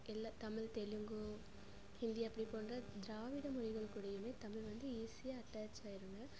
இல்லை தமிழ் தெலுங்கு ஹிந்தி அப்படி போன்ற திராவிட மொழிகள் கூடயுமே தமிழ் வந்து ஈஸியாக அட்டாச் ஆயிடுங்க